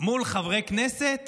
מול חברי כנסת